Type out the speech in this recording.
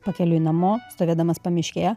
pakeliui namo stovėdamas pamiškėje